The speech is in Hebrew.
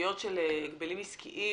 סוגיות של הגבלים עסקיים